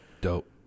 Dope